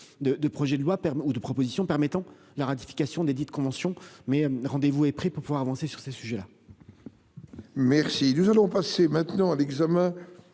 de 2 projets de loi permet ou de propositions permettant la ratification des dite de convention mais rendez-vous est pris pour pouvoir avancer sur ces sujets-là. Merci nous allons passer maintenant à l'examen